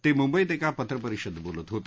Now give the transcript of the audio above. ते मुंबईत एका पत्रपरिषदेत बोलत होते